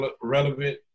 relevant